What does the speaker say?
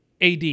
AD